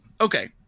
okay